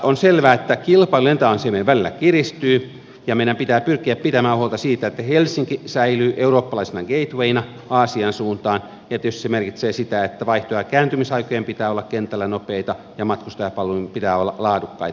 on selvää että kilpailu lentoasemien välillä kiristyy ja meidän pitää pyrkiä pitämään huolta siitä että helsinki säilyy eurooppalaisena gatewaynä aasian suuntaan ja tietysti se merkitsee sitä että vaihto ja kääntymisaikojen pitää olla kentällä nopeita ja matkustajapalvelujen pitää olla laadukkaita